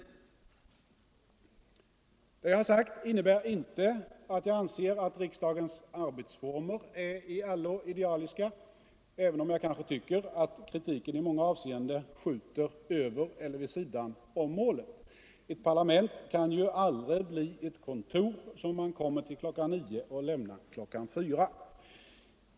Vad jag här sagt innebär inte att jag anser att riksdagens arbetsformer är i allo idealiska, även om jag kanske tycker att kritiken i många avseenden skjuter över eller vid sidan om målet. Ett parlament kan aldrig bli ett kontor som man kommer till kl. 9.00 och lämnar kl. 16.00.